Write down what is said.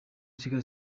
kigali